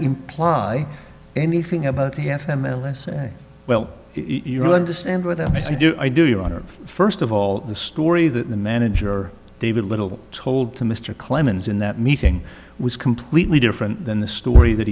imply anything about the f m l s a well you understand what i do i do your honor first of all the story that the manager david little told to mr clemens in that meeting was completely different than the story that